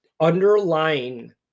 underlying